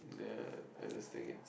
ya I will sing it